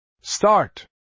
Start